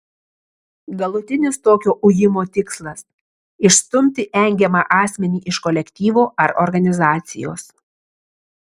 galutinis tokio ujimo tikslas išstumti engiamą asmenį iš kolektyvo ar organizacijos